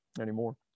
anymore